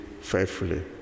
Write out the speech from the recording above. faithfully